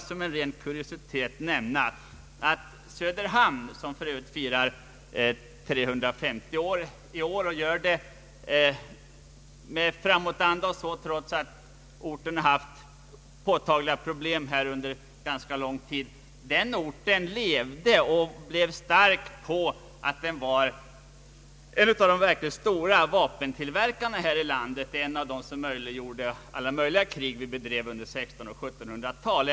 Som en ren kuriositet kan jag nämna att Söderhamn, som för övrigt firar 350-årsjubileum i år med framåtanda, trots att orten haft påtagliga problem under ganska lång tid, levde och blev starkt på att staden länge var en av de verkligt stora vapentillverkarna här i landet, en av dem som möjliggjorde alla krig vi bedrev under 1600 och 1700-talen.